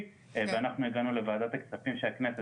ואנחנו הגענו לוועדת הכספים של הכנסת,